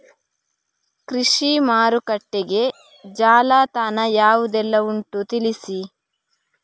ಕೃಷಿ ಮಾರುಕಟ್ಟೆಗೆ ಜಾಲತಾಣ ಯಾವುದೆಲ್ಲ ಉಂಟು ತಿಳಿಸಿ